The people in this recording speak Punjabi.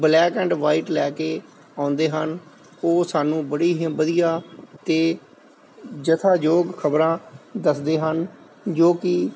ਬਲੈਕ ਐਂਡ ਵਾਈਟ ਲੈ ਕੇ ਆਉਂਦੇ ਹਨ ਉਹ ਸਾਨੂੰ ਬੜੀ ਵਧੀਆ ਤੇ ਜੱਥਾ ਯੋਗ ਖਬਰਾਂ ਦੱਸਦੇ ਹਨ ਜੋ ਕਿ